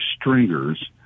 stringers